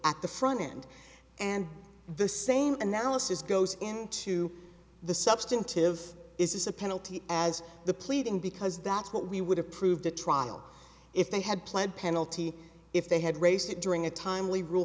at the front end and the same analysis goes into the substantive is a penalty as the pleading because that's what we would have proved a trial if they had pled penalty if they had raised it during a timely rule